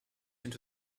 into